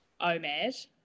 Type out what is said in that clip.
OMAD